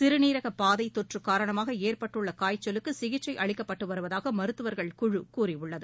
சிறுநீரக பாதை தொற்று காரணமாக ஏற்பட்டுள்ள காய்ச்சலுக்கு சிகிச்சை அளிக்கப்பட்டு வருவதாக மருத்துவர்கள் குழு கூறியுள்ளது